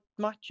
matchup